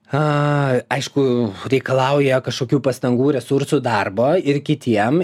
a aišku reikalauja kažkokių pastangų resursų darbo ir kitiem